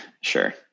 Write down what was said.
Sure